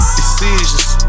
Decisions